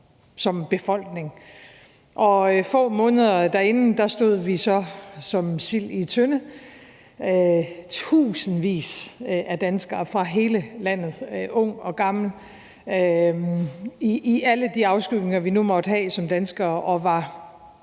som befolkning. Og få måneder forinden stod vi som sild i tønde, tusindvis af danskere fra hele landet, unge og gamle, i alle de afskygninger, vi nu måtte have som danskere, og vi